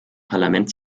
parlament